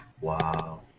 Wow